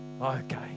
okay